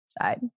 side